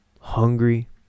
Hungry